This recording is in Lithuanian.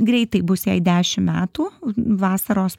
greitai bus jai dešim metų vasaros